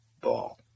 ball